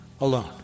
alone